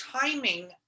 timing